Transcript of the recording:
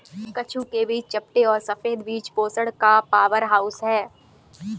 कद्दू के बीज चपटे और सफेद बीज पोषण का पावरहाउस हैं